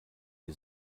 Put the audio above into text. die